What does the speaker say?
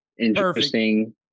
interesting